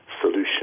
solution